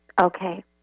Okay